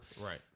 Right